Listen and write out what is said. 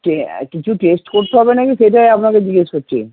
কিছু টেস্ট করতে হবে নাকি সেইটাই আপনাকে জিজ্ঞেস করছি